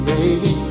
Baby